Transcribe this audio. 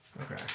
Okay